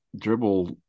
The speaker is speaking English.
dribble